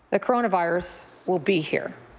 the coronavirus will be here.